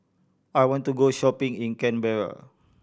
I want to go shopping in Canberra